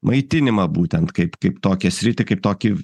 maitinimą būtent kaip kaip tokią sritį kaip tokį